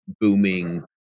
booming